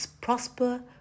prosper